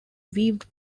viewed